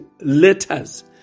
letters